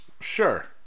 sure